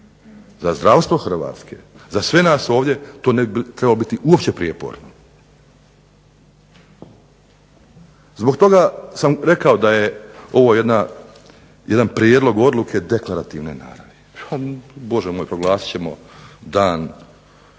za zdravstvo HRvatske, za sve nas ovdje to ne bi trebalo biti uopće prijeporno. Zbog toga sam rekao da je ovo jedan prijedlog odluke deklarativne naravi. bože moj proglasit ćemo